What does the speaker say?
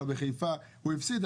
אבל בחיפה הוא הפסיד,